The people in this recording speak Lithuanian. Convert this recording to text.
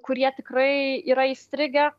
kurie tikrai yra įstrigę